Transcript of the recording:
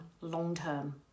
long-term